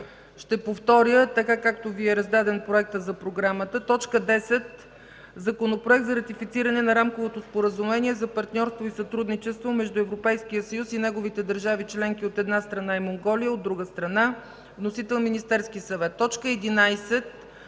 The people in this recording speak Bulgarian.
ще повторя така, както Ви е раздаден проектът за програма: 10. Законопроект за ратифициране на Рамковото споразумение за партньорство и сътрудничество между Европейския съюз и неговите държави членки, от една страна и Монголия, от друга страна. Вносител – Министерският съвет. 11.